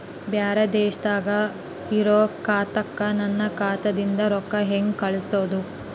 ಬ್ಯಾರೆ ದೇಶದಾಗ ಇರೋ ಖಾತಾಕ್ಕ ನನ್ನ ಖಾತಾದಿಂದ ರೊಕ್ಕ ಹೆಂಗ್ ಕಳಸೋದು?